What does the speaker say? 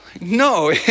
No